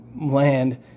land